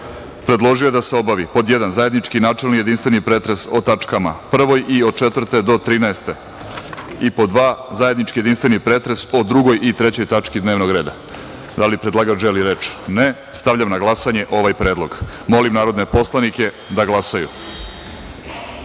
predložio da se obavi: 1. – zajednički načelni i jedinstveni pretres o tačkama 1. i od 4. do 13;2. – zajednički jedinstveni pretres po 2. i 3. tački dnevnog reda. Da li predlagač želi reč? (Ne)Stavljam na glasanje ovaj predlog. Molim narodne poslanike da